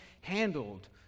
handled